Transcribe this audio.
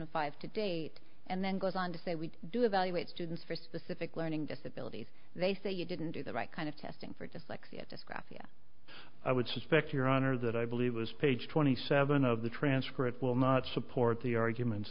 and five to date and then goes on to say we do evaluate students for specific learning disabilities they say you didn't do the right kind of testing for dyslexia dyspraxia i would suspect your honor that i believe was page twenty seven of the transfer it will not support the arguments